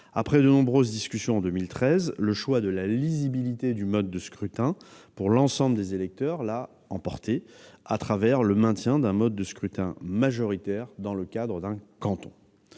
Après de nombreuses discussions, en 2013, le choix de la lisibilité du mode de scrutin pour l'ensemble des électeurs l'a emporté, au travers du maintien d'un mode de scrutin majoritaire dans le cadre d'un canton.